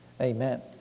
Amen